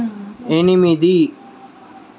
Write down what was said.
ఎనిమిది